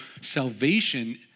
salvation